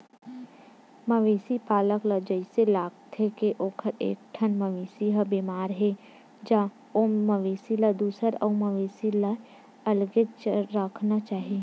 मवेशी पालक ल जइसे लागथे के ओखर एकठन मवेशी ह बेमार हे ज ओ मवेशी ल दूसर अउ मवेशी ले अलगे राखना चाही